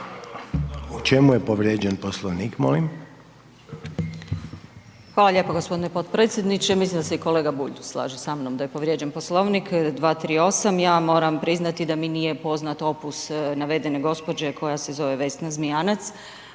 U čemu je povrijeđen Poslovnik?